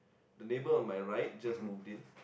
the neighbor on my right just moved in